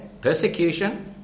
persecution